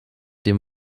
dem